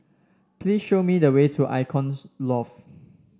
please show me the way to Loft